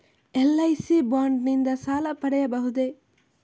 LIC bond ನಿಂದ ಸಾಲ ಪಡೆಯಬಹುದೇ?